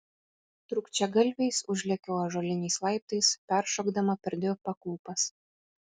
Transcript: trūkčiagalviais užlėkiau ąžuoliniais laiptais peršokdama per dvi pakopas